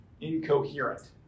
incoherent